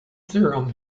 theorem